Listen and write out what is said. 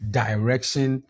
direction